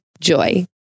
Joy